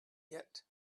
yet